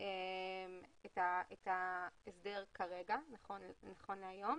את ההסדר כרגע, נכון להיום.